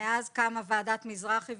מאז קמה ועדת מזרחי,